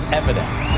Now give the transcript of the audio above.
evidence